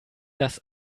das